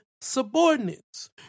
subordinates